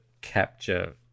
capture